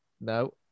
No